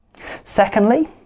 Secondly